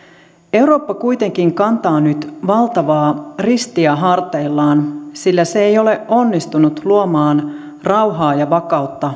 eurooppa kuitenkin kantaa nyt valtavaa ristiä harteillaan sillä se ei ole onnistunut luomaan rauhaa ja vakautta